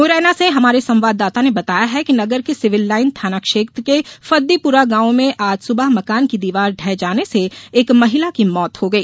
मुरैना से हमारे संवाददाता ने बताया है कि नगर के सिविल लाइन थाना क्षेत्र के फद्दीपुरा गांव में आज सुबह मकान की दीवार ढह जाने से एक महिला की मौत हो गई